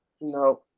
no